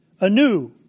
anew